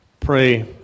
Pray